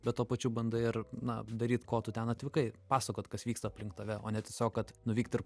bet tuo pačiu bandai ir na daryti ko tu ten atvykai pasakot kas vyksta aplink tave o ne tiesiog kad nuvykt ir